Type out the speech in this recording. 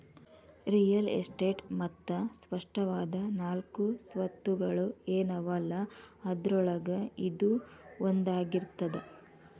real estate ಮತ್ತ ಸ್ಪಷ್ಟವಾದ ನಾಲ್ಕು ಸ್ವತ್ತುಗಳ ಏನವಲಾ ಅದ್ರೊಳಗ ಇದೂ ಒಂದಾಗಿರ್ತದ